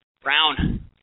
Brown